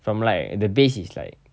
from like the base is like